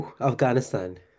Afghanistan